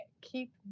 keep